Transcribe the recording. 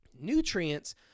Nutrients